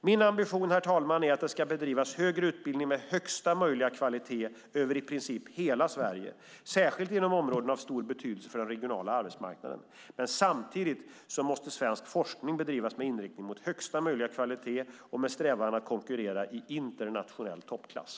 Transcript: Min ambition är att det ska bedrivas högre utbildning med högsta möjliga kvalitet över i princip hela Sverige, särskilt inom områden av stor betydelse för den regionala arbetsmarknaden. Samtidigt måste svensk forskning bedrivas med inriktning mot högsta möjliga kvalitet och med strävan att konkurrera i internationell toppklass.